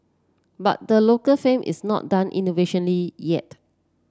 but the local firm is not done innovating yet